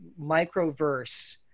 microverse